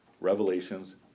revelations